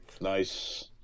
Nice